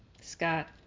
Scott